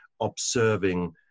observing